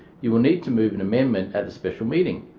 you will need to move an amendment at the special meeting.